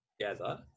together